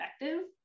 effective